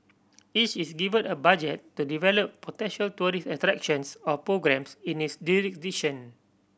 each is given a budget to develop potential tourist attractions or programmes in its jurisdiction